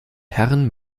herren